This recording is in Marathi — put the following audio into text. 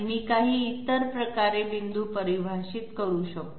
मी काही इतर प्रकारे पॉईंट परिभाषित करू शकतो